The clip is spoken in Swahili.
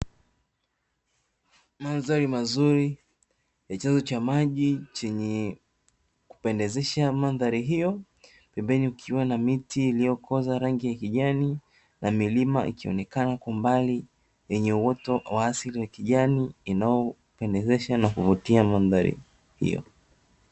Mandhari mazuri ya chanzo cha maji chenye kupendezesha mandhari hiyo, pembeni kukiwa na miti iliyokoza rangi ya kijani na milima ikionekana kwa mbali yenye uoto wa asili wa kijani, unaopendezesha na kuvutia mandhari hiyo.